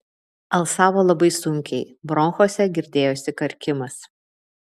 alsavo labai sunkiai bronchuose girdėjosi karkimas